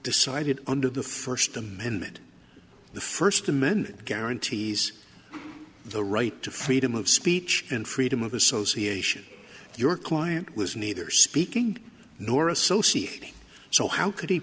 decided under the first amendment the first amendment guarantees the right to freedom of speech and freedom of association your client was neither speaking nor associate so how could he